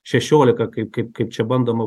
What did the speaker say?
šešiolika kaip kaip kaip čia bandoma